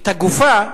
את הגופה,